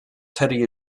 teddy